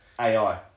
AI